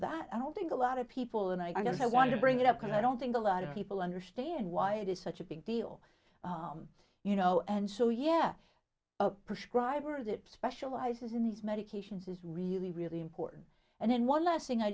that i don't think a lot of people and i guess i want to bring it up can i don't think a lot of people understand why it is such a big deal you know and so yeah prescriber that specializes in these medications is really really important and then one last thing i